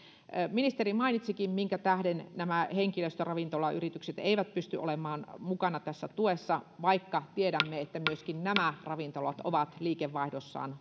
ministeri mainitsikin minkä tähden nämä henkilöstöravintolayritykset eivät pysty olemaan mukana tässä tuessa vaikka tiedämme että myöskin nämä ravintolat ovat liikevaihdossaan